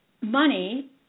money